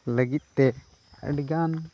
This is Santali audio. ᱞᱟᱹᱜᱤᱫ ᱛᱮ ᱟᱹᱰᱤᱜᱟᱱ